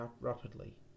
rapidly